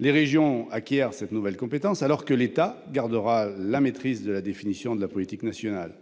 les régions acquièrent cette nouvelle compétence, alors que l'État gardera la maîtrise de la définition de la politique nationale.